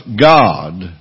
God